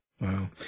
Wow